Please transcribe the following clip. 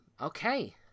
okay